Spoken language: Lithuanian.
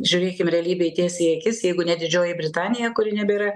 žiūrėkim realybei tiesiai į akis jeigu ne didžioji britanija kuri nebėra